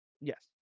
yes